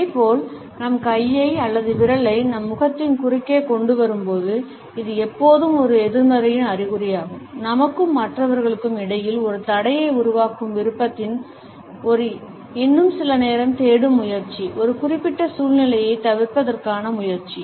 இதேபோல் நம் கையை அல்லது விரலை நம் முகத்தின் குறுக்கே கொண்டு வரும்போது இது எப்போதும் ஒரு எதிர்மறையின் அறிகுறியாகும் நமக்கும் மற்றவர்களுக்கும் இடையில் ஒரு தடையை உருவாக்கும் விருப்பத்தின் ஒரு இன்னும் சில நேரம் தேடும் முயற்சி ஒரு குறிப்பிட்ட சூழ்நிலையைத் தவிர்ப்பதற்கான முயற்சி